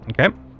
Okay